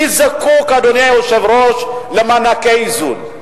מי זקוק, אדוני היושב-ראש, למענקי איזון?